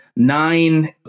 nine